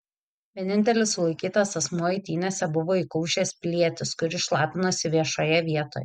vienintelis sulaikytas asmuo eitynėse buvo įkaušęs pilietis kuris šlapinosi viešoje vietoje